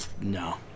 no